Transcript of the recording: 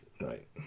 Right